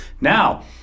Now